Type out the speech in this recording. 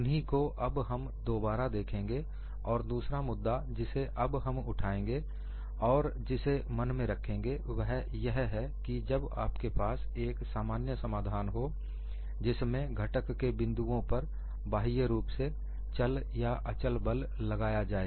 उन्हीं को अब हम दोबारा देखेंगे और दूसरा मुद्दा जिसे अब हम उठाएंगे और जिसे मन में रखेंगे वह यह है कि कि जब आपके पास एक सामान्य समाधान हो जिसमें घटक के बिंदुओं पर बाह्य रूप से चल या अचल बल लगाया जाए